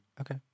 Okay